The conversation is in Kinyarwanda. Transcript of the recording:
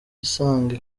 isange